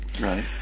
Right